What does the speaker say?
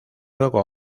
luego